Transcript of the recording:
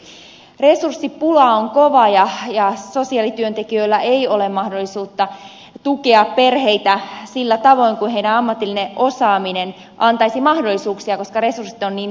resurssipula on kova eikä sosiaalityöntekijöillä ole mahdollisuutta tukea perheitä sillä tavoin kuin heidän ammatillinen osaamisensa antaisi mahdollisuuksia koska resurssit ovat niin vähäiset